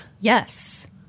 Yes